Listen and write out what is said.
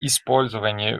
использование